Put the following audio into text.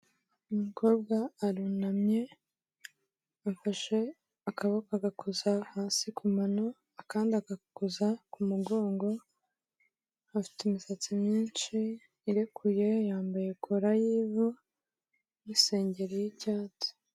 Umukobwa arunamye afashe akaboko agakoza hasi ku mano akandi agakuza ku mugongo, afite imisatsi myinshi irekuye yambaye kola y'ivu n'isengeri y'icyatsi.